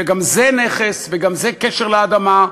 שגם זה נכס וגם זה קשר לאדמה,